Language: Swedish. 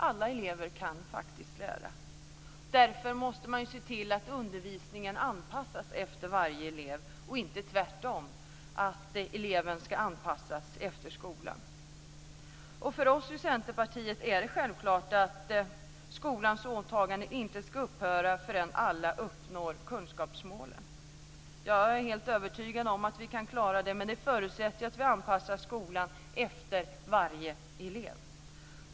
Alla elever kan faktiskt lära. Därför måste man se till att undervisningen anpassas efter varje elev - inte tvärtom, alltså att eleven ska anpassas efter skolan. För oss i Centerpartiet är det självklart att skolans åtagande inte ska upphöra förrän alla uppnår kunskapsmålen. Jag är helt övertygad om att vi kan klara det men det förutsätter att vi anpassar skolan efter varje elev.